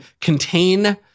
contain